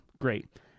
great